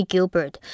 Gilbert